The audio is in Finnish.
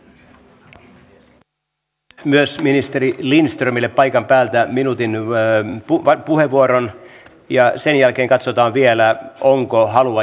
valiokunta pitää tarpeellisena että tätä kustannustehokasta toimintaa hyödynnetään edelleen jatkossakin ja haetaan tarkoituksenmukainen tasapaino puolustusvoimien ja mpkn järjestämien kertausharjoitusten välillä